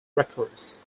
records